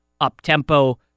up-tempo